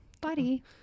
buddy